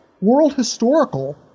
world-historical